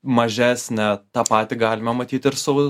mažesnė tą patį galime matyti ir su